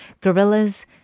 Gorillas